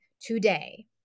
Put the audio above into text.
today